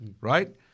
right